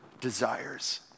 desires